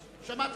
להמשיך?